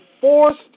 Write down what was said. forced